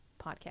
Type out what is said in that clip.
podcast